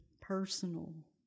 personal